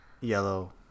yellow